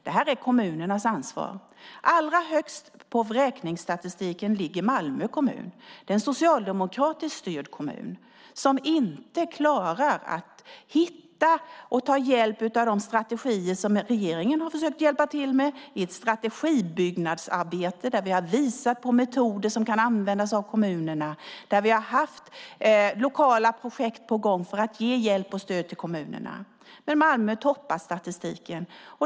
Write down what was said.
Detta är kommunernas ansvar. Allra högst i vräkningsstatistiken ligger Malmö kommun. Det är en socialdemokratiskt styrd kommun som inte klarar att hitta och ta hjälp av de strategier som regeringen har försökt hjälpa till med. Det är ett strategibyggnadsarbete där vi har visat på metoder som kan användas av kommunerna. Där har vi haft lokala projekt på gång för att ge hjälp och stöd till kommunerna. Men Malmö toppar statistiken.